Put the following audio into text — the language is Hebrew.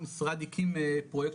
המשרד הקים פרויקט,